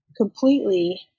completely